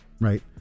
right